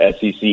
SEC